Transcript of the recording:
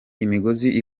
imigozi